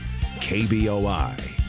kboi